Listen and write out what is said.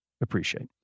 appreciate